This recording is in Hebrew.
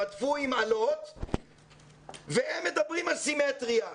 רדפו עם אלות והם מדברים על סימטריה.